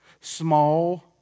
small